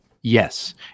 Yes